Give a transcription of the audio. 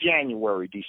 January